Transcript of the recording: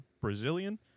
Brazilian